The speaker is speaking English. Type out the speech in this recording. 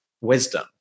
wisdom